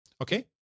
Okay